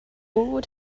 would